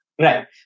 Right